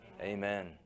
Amen